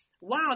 wow